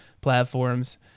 platforms